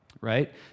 right